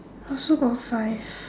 I also got five